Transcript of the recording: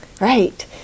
Right